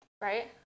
right